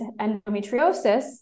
endometriosis